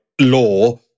law